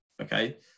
Okay